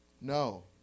No